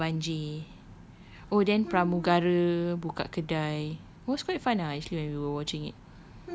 oh about the banjir oh then pramugara buka kedai it was quite fun ah actually when we were watching it